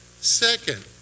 Second